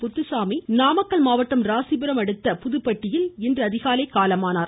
முத்துசாமி நாமக்கல் மாவட்டம் ராசிபுரத்தை அடுத்த புதுப்பட்டியில் இன்று அதிகாலை காலாமானார்